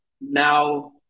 now